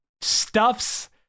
stuffs